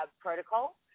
protocol